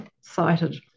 cited